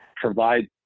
provide